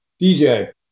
DJ